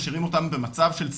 משאירים אותם במצב של ספק,